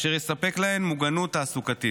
אשר יספקו להן מוגנות תעסוקתית.